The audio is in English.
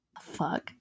fuck